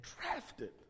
drafted